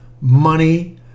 money